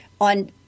on